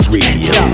Radio